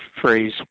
phrase